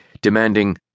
demanding-